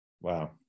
Wow